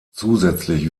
zusätzlich